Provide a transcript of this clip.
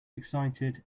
excited